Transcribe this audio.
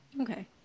Okay